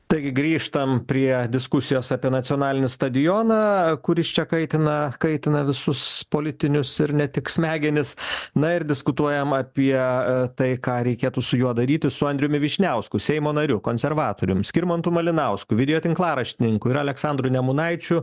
taigi grįžtam prie diskusijos apie nacionalinį stadioną kuris čia kaitina kaitina visus politinius ir ne tik smegenis na ir diskutuojam apie tai ką reikėtų su juo daryti su andriumi vyšniausku seimo nariu konservatorium skirmantu malinausku video tinklaraštininkui ir aleksandru nemunaičiu